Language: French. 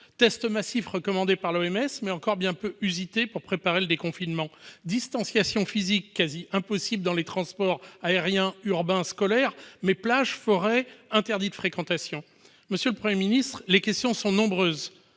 de la santé), mais encore bien peu usités pour préparer le déconfinement ? distanciation physique quasi impossible dans les transports aériens, urbains scolaires, mais plages et forêts interdites de fréquentation ? Monsieur le Premier ministre, les questions sont nombreuses.